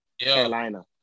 Carolina